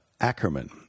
Ackerman